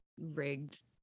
rigged